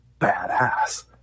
badass